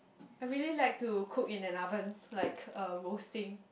I really like to cook in an oven like uh roasting